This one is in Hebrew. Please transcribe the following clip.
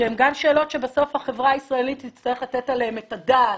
שהן גם שאלות שבסוף החברה הישראלית תצטרך לתת עליהן את הדעת,